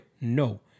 no